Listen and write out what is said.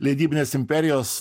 leidybinės imperijos